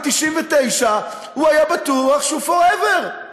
ב-1999 הוא היה בטוח שהוא forever.